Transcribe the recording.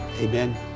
amen